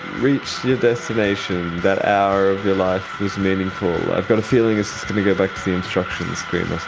reached your destination. that hour of your life was meaningful. i've got a feeling it's just going to go back to the instruction screen